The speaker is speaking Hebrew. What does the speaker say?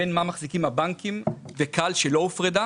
בין מה מחזיקים הבנקים ו-כאל שלא הופרדה